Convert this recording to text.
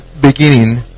beginning